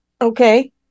Okay